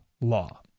law